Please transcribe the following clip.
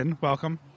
welcome